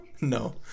No